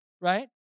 right